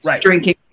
drinking